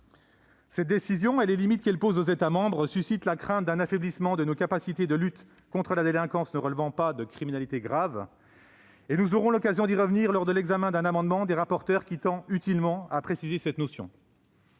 Cette décision, par les limites qu'elle pose aux États membres, suscite la crainte d'un affaiblissement de nos capacités de lutte contre la délinquance ne relevant pas de la criminalité grave. Nous aurons l'occasion d'y revenir lors de l'examen d'un amendement des rapporteurs qui tend utilement à préciser cette notion.